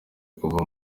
kuva